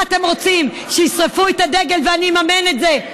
מה אתם רוצים, שישרפו את הדגל ואני אממן את זה?